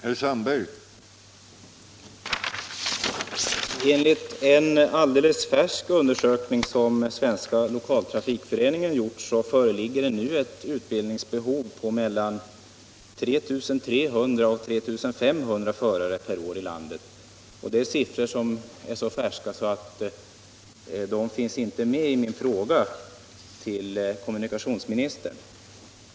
Herr talman! Enligt en alldeles färsk undersökning, som Svenska lokaltrafikföreningen gjort, föreligger det nu ett utbildningsbehov på mellan 3300 och 3 500 bussförare per år i landet. Det är siffror så färska att de inte finns med i min fråga till kommunikationsministern.